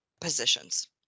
positions